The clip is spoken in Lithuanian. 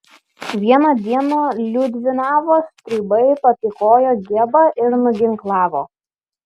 vieną dieną liudvinavo stribai patykojo giebą ir nuginklavo